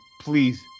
please